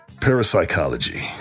Parapsychology